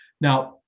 Now